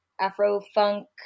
Afro-funk